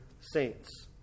saints